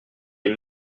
tes